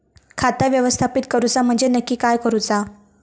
खाता व्यवस्थापित करूचा म्हणजे नक्की काय करूचा?